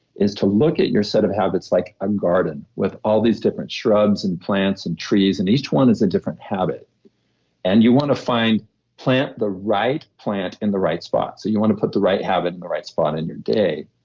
is to look at your set of habits like a garden with all these different shrubs and plants and trees, and each one is a different habit and you want to find plant the right plant in the right spot so you want to put the right habit in the right spot in your day,